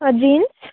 ହଁ ଜିନ୍ସ